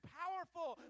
powerful